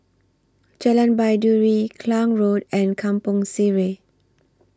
Jalan Baiduri Klang Road and Kampong Sireh